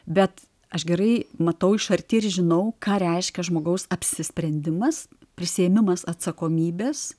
bet aš gerai matau iš arti ir žinau ką reiškia žmogaus apsisprendimas prisiėmimas atsakomybės